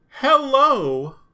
Hello